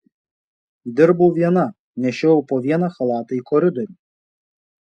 dirbau viena nešiojau po vieną chalatą į koridorių